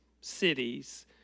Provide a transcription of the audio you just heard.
cities